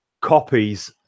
copies